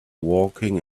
walking